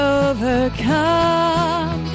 overcome